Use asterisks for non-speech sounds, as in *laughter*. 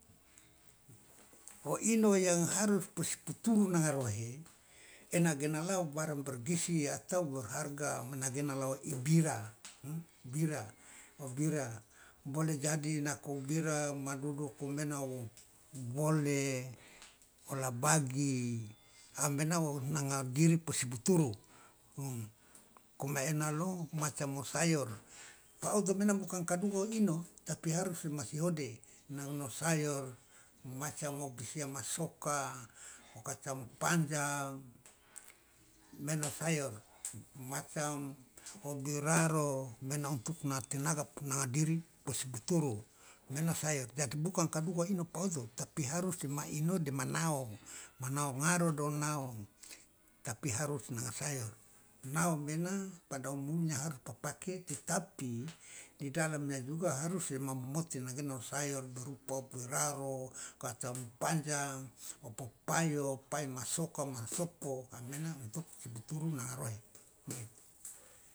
O ino yang harus pos puturu nanga rohe ena gena la o barang bergizi atau berharga mena gena la o ibira bira o bira bole jadi nako bira maduduku mena o bole o labagi a maena o nanga diri posi buturu nako maena lo macam o sayor pa odo maena bukan ka dugo ino tapi harus dema si hode nang no sayor macam o bisia ma soka o kacang panjang mena sayor macam o biraro mena untuk nanga tenaga nanga diri posi buturu mena sayor jadi bukan ka duga ino pa odo tapi harus dema ino de ma nao ma nao ngaro do nao tapi harus nanga sayor nao mena pada umumnya harus pa pake tetapi di dalamnya juga harus dema momote magena o sayor berupa o biraro kacang panjang o popayo payo masoka masopo amaena *unintelligible* i puturu nanga rohe.